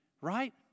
right